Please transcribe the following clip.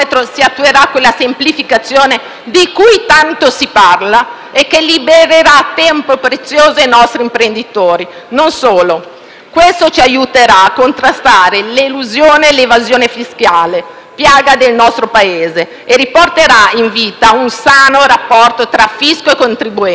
e che libererà tempo prezioso ai nostri imprenditori. *(Commenti del Gruppo PD).* Non solo, questo ci aiuterà a contrastare l'elusione e l'evasione fiscale, piaga del nostro Paese, e riporterà in vita un sano rapporto tra fisco e contribuenti. Basta contribuenti e imprenditori oppressi dal fisco!